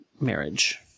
Marriage